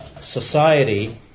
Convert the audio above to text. society